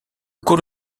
cours